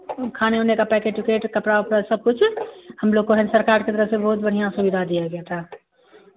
खाने ऊने का पैकेट ओकेट कपड़ा ओपड़ा सब कुछ हम लोग को है ना सरकार के तरफ से बहुत बढ़ियाँ सुविधा दिया गया था